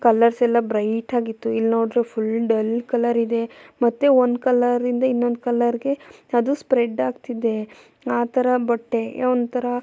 colours ಎಲ್ಲ bright ಆಗಿತ್ತು ಇಲ್ಲಿ ನೋಡಿದ್ರೆ ಫುಲ್ ಡಲ್ ಕಲರ್ ಇದೆ ಮತ್ತೆ ಒಂದು ಕಲರಿಂದ ಇನ್ನೊಂದು ಕಲರ್ಗೆ ಅದು ಸ್ಪ್ರೆಡ್ ಆಗ್ತಿದೆ ಆ ಥರ ಬಟ್ಟೆ ಒಂಥರಾ